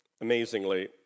amazingly